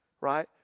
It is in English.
right